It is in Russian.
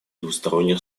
двусторонних